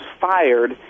fired